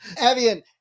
Avian